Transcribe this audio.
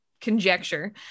conjecture